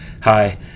Hi